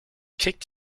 kick